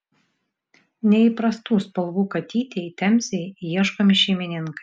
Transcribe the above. neįprastų spalvų katytei temzei ieškomi šeimininkai